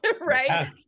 Right